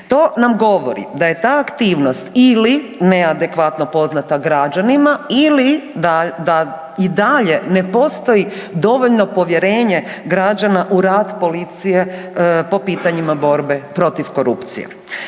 To nam govori da je ta aktivnost ili neadekvatno poznata građanima ili da i dalje ne postoji dovoljno povjerenje građana u rad policije po pitanjima borbe protiv korupcije.